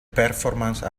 performance